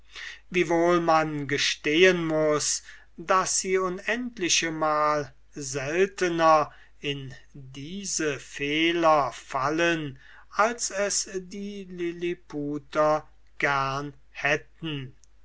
wiewohl man gestehen muß daß sie unendlichmal seltener in diese fehler fallen als es die lilliputter gerne hätten